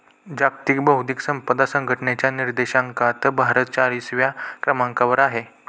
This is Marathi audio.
जागतिक बौद्धिक संपदा संघटनेच्या निर्देशांकात भारत चाळीसव्या क्रमांकावर आहे